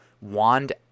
wand